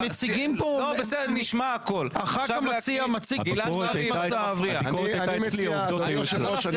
הח"כ המציע מציג פה תמונת מצב --- אדוני היושב-ראש,